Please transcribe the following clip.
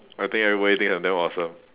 I think everybody think I'm damn awesome